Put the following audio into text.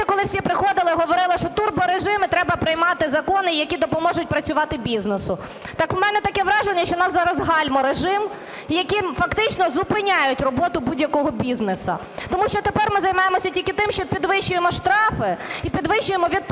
Тому що тепер ми займаємося тільки тим, що підвищуємо штрафи і підвищуємо відповідальність.